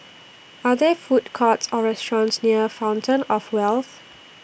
Are There Food Courts Or restaurants near Fountain of Wealth